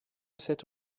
sept